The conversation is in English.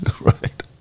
right